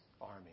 army